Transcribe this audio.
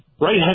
right